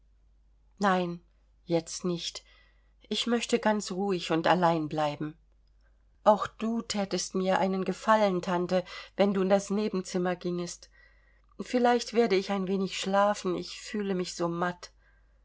nein jetzt nicht ich möchte ganz ruhig und allein bleiben auch du thätest mir einen gefallen tante wenn du in das nebenzimmer gingest vielleicht werde ich ein wenig schlafen ich fühle mich so matt